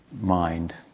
mind